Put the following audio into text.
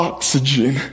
Oxygen